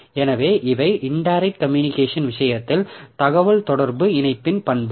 எனவே இவை indirect communication விஷயத்தில் தகவல் தொடர்பு இணைப்பின் பண்புகள்